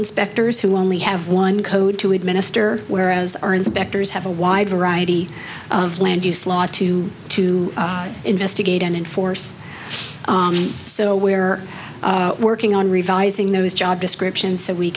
inspectors who only have one code to administer whereas our inspectors have a wide variety of land use law to to investigate and enforce so we are working on revising those job descriptions so we